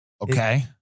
Okay